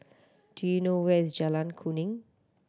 do you know where is Jalan Kuning